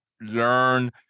learn